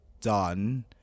done